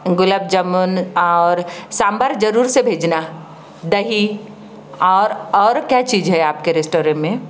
गुलाब जामुन और सांभर जरूर से भेजना दही और और क्या चीज है आपके रेस्टोरेंट में